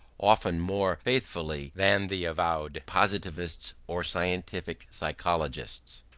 often more faithfully than the avowed positivists or scientific psychologists.